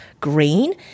green